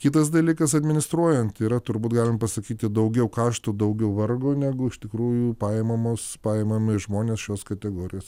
kitas dalykas administruojant yra turbūt galim pasakyti daugiau kaštų daugiau vargo negu iš tikrųjų paimamos paimami žmonės šios kategorijos